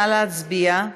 נא להצביע.